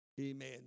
Amen